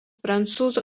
prancūzų